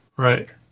Right